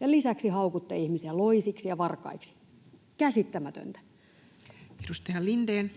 lisäksi haukutte ihmisiä loisiksi ja varkaiksi — käsittämätöntä. Edustaja Lindén.